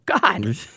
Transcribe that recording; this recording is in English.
God